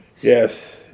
Yes